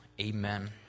Amen